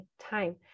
time